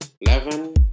eleven